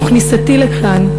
וכניסתי לכאן,